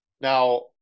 Now